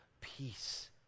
peace